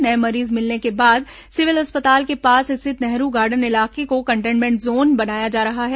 नये मरीज मिलने के बाद सिविल अस्पताल के पास स्थित नेहरू गार्डन इलाके को कंटेन्मेंट जोन बनाया जा रहा है